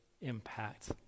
impact